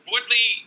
Woodley